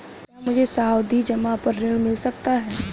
क्या मुझे सावधि जमा पर ऋण मिल सकता है?